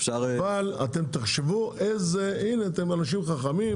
אתם אנשים חכמים,